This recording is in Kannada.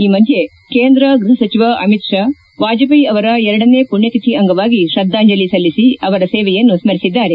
ಈ ಮಧ್ಯೆ ಕೇಂದ್ರ ಗ್ಲಪ ಸಚಿವ ಅಮಿತ್ ಷಾ ವಾಜಪೇಯಿ ಅವರ ಎರಡನೇ ಪುಣ್ಣತಿಥಿ ಅಂಗವಾಗಿ ಶ್ರದ್ಧಾಂಜಲಿ ಸಲ್ಲಿಸಿ ಅವರ ಸೇವೆಯನ್ನು ಸರಿಸಿದ್ದಾರೆ